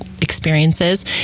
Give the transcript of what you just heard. experiences